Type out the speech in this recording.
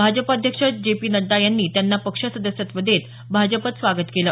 भाजप अध्यक्ष जगतप्रकाश नड्डा यांनी त्यांना पक्ष सदस्यत्व देत भाजपात स्वागत केलं